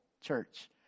church